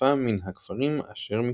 שאספה מן הכפרים אשר מסביב".